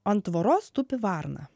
ant tvoros tupi varna